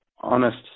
honest